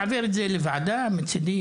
להעביר את זה לוועדת הכלכלה.